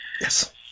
Yes